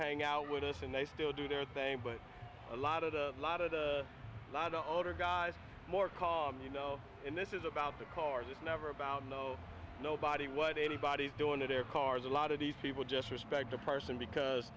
hang out with us and they still do their thing but a lot of a lot of the older guys more call you know in this is about the cars it's never about no nobody what anybody's doing to their cars a lot of these people just respect the person because